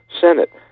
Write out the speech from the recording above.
senate